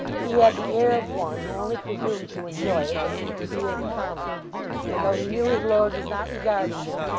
he had the air of one who only presumed to enjoy it in his degree as a commoner and though he knew his lord was not regarding him,